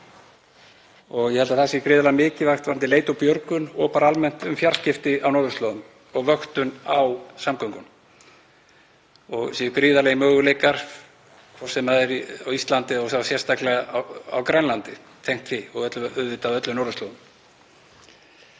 Ég held að það sé gríðarlega mikilvægt varðandi leit og björgun og bara almennt um fjarskipti á norðurslóðum og vöktun á samgöngum og séu gríðarlegir möguleikar, hvort sem er á Íslandi og þá sérstaklega á Grænlandi, tengdir því og auðvitað á öllum norðurslóðum.